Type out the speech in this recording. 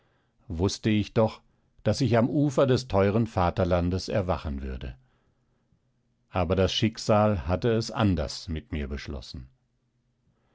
wußte ich doch daß ich am ufer des teuren vaterlandes erwachen würde aber das schicksal hatte es anders mit mir beschlossen